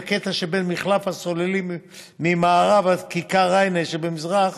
בקטע שבין מחלף הסוללים ממערב עד כיכר ריינה שבמזרח.